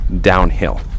downhill